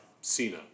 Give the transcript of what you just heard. Cena